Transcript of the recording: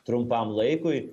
trumpam laikui